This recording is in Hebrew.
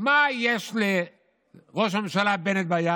מה יש לראש הממשלה בנט ביד?